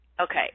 Okay